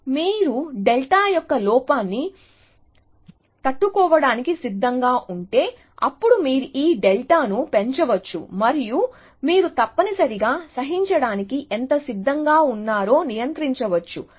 కాబట్టి మీరు డెల్టా యొక్క లోపాన్ని తట్టుకోడానికి సిద్ధంగా ఉంటే అప్పుడు మీరు ఈ డెల్టాను పెంచవచ్చు మరియు మీరు తప్పనిసరిగా సహించటానికి ఎంత సిద్ధంగా ఉన్నారో నియంత్రించవచ్చు